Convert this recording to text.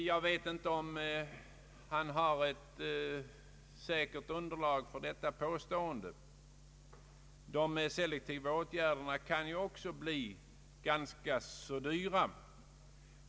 Jag vet inte om han har ett säkert underlag för detta påstående — de selektiva åtgärderna kan ju också bli ganska dyra.